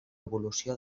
evolució